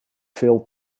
veel